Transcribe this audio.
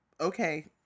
Okay